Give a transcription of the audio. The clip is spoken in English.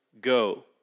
go